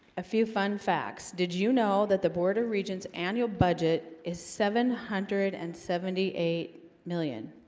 a few fun facts did you know that the board of regents annual budget is seven hundred and seventy eight million